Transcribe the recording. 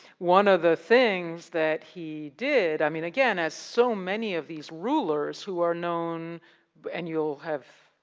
one of the things that he did, i mean again, as so many of these rulers who are known and you'll have